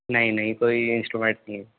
ਨਹੀਂ ਨਹੀਂ ਕੋਈ ਇੰਸਟਰੂਮੈਂਟ ਨਹੀਂ